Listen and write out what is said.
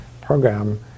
program